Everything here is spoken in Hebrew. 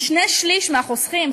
שני-שלישים מהחוסכים,